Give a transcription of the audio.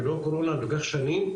ולא קורונה ולוקח שנים,